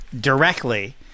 directly